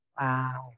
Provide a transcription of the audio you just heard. Wow